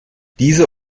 diese